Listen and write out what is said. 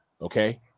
Okay